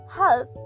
help